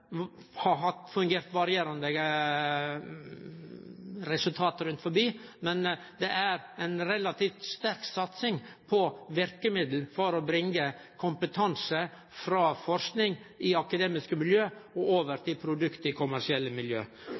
har hatt varierande resultat rundt om. Men det er ei relativt sterk satsing på verkemiddel for å bringe kompetanse frå forsking i akademiske miljø over til produkt i kommersielle miljø.